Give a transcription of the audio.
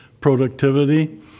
productivity